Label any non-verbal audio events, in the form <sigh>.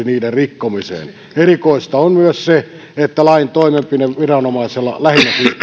<unintelligible> niiden rikkomiseen erikoista on myös se että lain toimenpideviranomaisella lähinnä siis